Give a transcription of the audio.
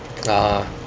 ah